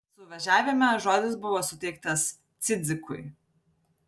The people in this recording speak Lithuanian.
suvažiavime žodis buvo suteiktas cidzikui